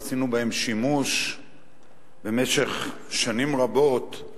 ועשינו בהם שימוש במשך שנים רבות,